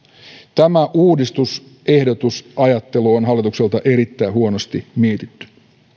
tämä uudistusehdotusajattelu on hallitukselta erittäin huonosti mietitty